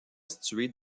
située